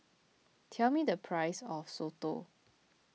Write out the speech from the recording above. tell me the price of Soto